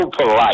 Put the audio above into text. polite